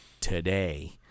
today